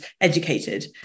educated